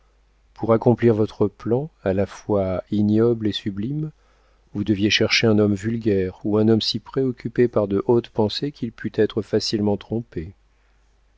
pour accomplir votre plan à la fois ignoble et sublime vous deviez chercher un homme vulgaire ou un homme si préoccupé par de hautes pensées qu'il pût être facilement trompé